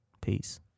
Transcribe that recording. Peace